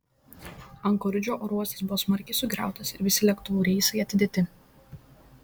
ankoridžo oro uostas buvo smarkiai sugriautas ir visi lėktuvų reisai atidėti